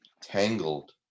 Tangled